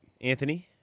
Anthony